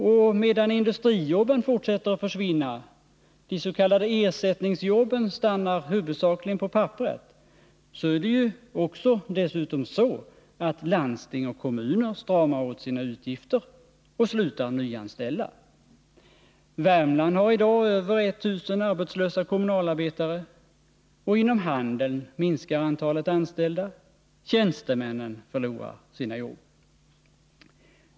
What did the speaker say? Och medan industrijobben fortsätter att försvinna, de s.k. ersättningsjobben stannar huvudsakligen på papperet, stramar dessutom landsting och kommuner åt sina utgifter och slutar nyanställa. Värmland har i dag över 1 000 arbetslösa kommunalarbetare. Inom handeln minskar antalet anställda. Tjänstemännen förlorar sina jobb.